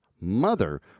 mother